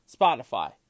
Spotify